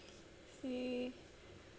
see